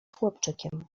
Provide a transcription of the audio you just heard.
chłopczykiem